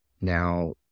Now